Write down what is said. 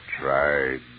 tried